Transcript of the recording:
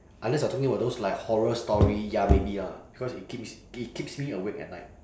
unless you are talking about those like horror story ya maybe lah because it keeps it keeps me awake at night